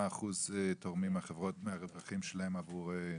אחוז מהחברות תורמות מהרווחים שלהן לצדקה.